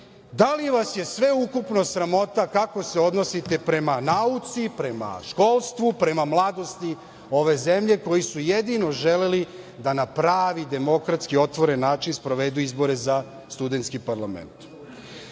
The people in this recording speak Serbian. Da li vas je sve ukupno sramota kako se odnosite prema nauci, prema školstvu, prema mladosti ove zemlje, koji su jedino želeli da na pravi demokratski, otvoren način sprovedu izbore za studenski parlament? Pitanje